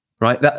right